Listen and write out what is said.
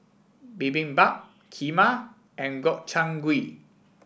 Bibimbap Kheema and Gobchang Gui